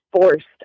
forced